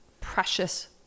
precious